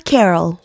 Carol